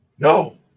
no